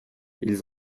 ils